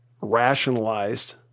rationalized